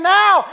now